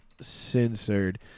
censored